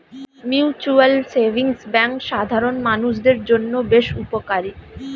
mutual savings bank সাধারণ মানুষদের জন্য বেশ উপকারী